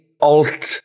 alt